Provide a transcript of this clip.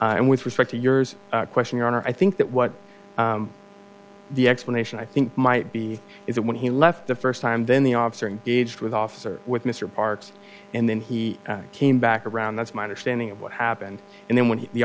and with respect to yours question your honor i think that what the explanation i think might be is that when he left the first time then the officer engaged with officer with mr parks and then he came back around that's my understanding of what happened and then when he